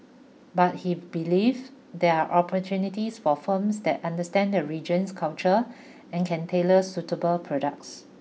but he believes there are opportunities for firms that understand the region's culture and can tailor suitable products